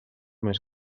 més